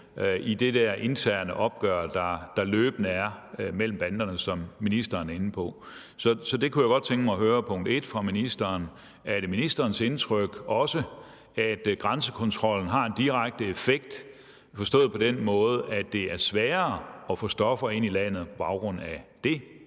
i det interne opgør, der løbende er mellem banderne, sådan som ministeren er inde på. Så jeg kunne godt tænke mig som punkt 1 at høre fra ministeren, om det er ministerens indtryk, at grænsekontrollen har en direkte effekt, forstået på den måde, at det er sværere at få stoffer ind i landet på grund af